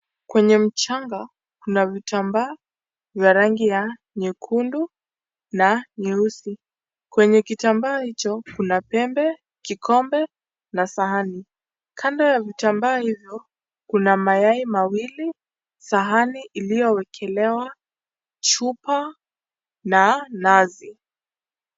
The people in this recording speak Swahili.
Kwenye mchanga kuna vitambaa vya rangi ya nyekundu na nyeusi. Kwenye kitambaa hicho kuna pembe kikombe na sahani. Kando ya vitambaa hivyo kuna mayai mawili sahani iliyowekelewa chupa na nazi.